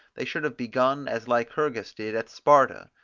they should have begun as lycurgus did at sparta,